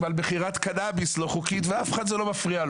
על מכירת קנאביס לא חוקית ולאף אחד זה לא מפריע,